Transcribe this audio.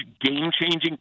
game-changing